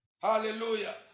Hallelujah